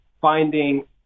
finding